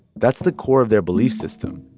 that's the core of their belief system.